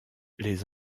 les